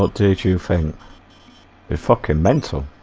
ah teach you think before king mental